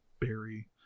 berry